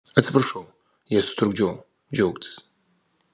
atsiprašau jei sutrukdžiau džiaugtis